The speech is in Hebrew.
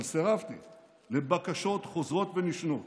אבל סירבתי לבקשות חוזרות ונשנות